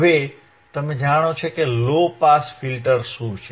હવે તમે જાણો છો કે લો પાસ ફિલ્ટર્સ શું છે